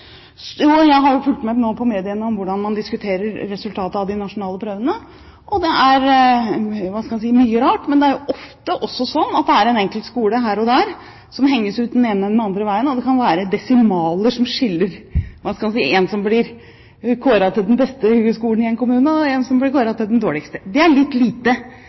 er mye rart, men det er ofte sånn at en enkelt skole her og der henges ut den ene eller den andre veien. Det kan være desimaler som skiller en som blir kåret til den beste skolen i en kommune, og en som blir kåret til den dårligste. Det er en litt lite